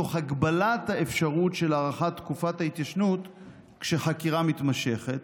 תוך הגבלת האפשרות של הארכת תקופת ההתיישנות כשחקירה מתמשכת,